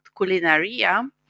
Culinaria